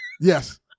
Yes